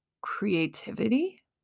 creativity